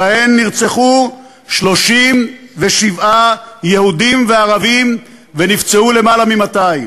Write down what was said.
שבהן נרצחו 37 יהודים וערבים ונפצעו יותר מ־200.